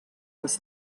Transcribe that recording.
was